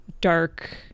Dark